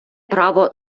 право